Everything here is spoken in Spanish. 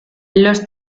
los